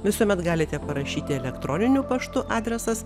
visuomet galite parašyti elektroniniu paštu adresas